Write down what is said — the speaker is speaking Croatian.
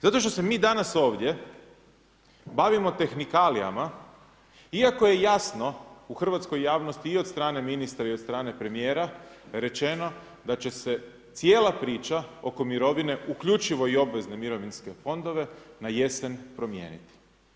Zato što se mi danas ovdje bavimo tehnikalijama iako je jasno u hrvatskoj javnosti i od strane ministra i od strane premijera rečeno, da će se cijela priča oko mirovine uključivo i obvezne mirovinske fondove, na jesen promijeniti.